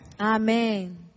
Amen